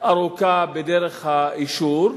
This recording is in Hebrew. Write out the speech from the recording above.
ארוכה בדרך האישור,